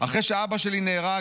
אחרי שאבא שלי נהרג,